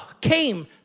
came